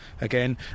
again